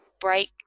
break